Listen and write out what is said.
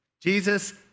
Jesus